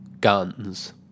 guns